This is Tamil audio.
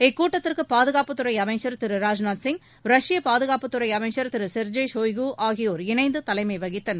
இக்கூட்டத்திற்கு பாதுகாப்புத்துறை அமைச்சர் திரு ராஜ்நாத் சிங் ரஷ்ய பாதுகாப்புத்துறை அமைச்சர் திரு செர்ஜெய் ஷோய்கு ஆகியோர் இணைந்து தலைமை வகித்தனர்